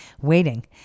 waiting